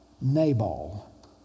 Nabal